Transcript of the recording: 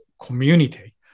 community